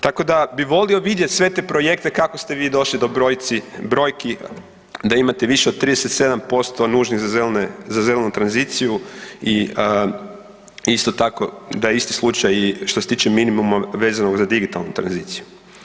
Tako da bi volio vidjet sve te projekte kako ste vi došli do brojki da imate više od 37% nužnih za zelenu tranziciju i isto tako da je isti slučaj i što se tiče minimuma vezanog za digitalnu tranziciju.